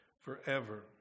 forever